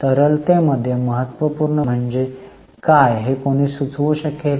तरलतेमध्ये महत्त्वपूर्ण गुणोत्तर म्हणजे काय हे कोणी सुचवू शकेल